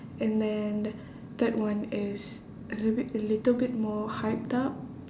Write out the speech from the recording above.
and then third one is a little bit a little bit more hyped up